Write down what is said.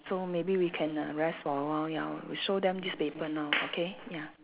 so maybe we can uh rest for a while ya we show them this paper now okay ya